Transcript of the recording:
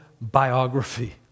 biography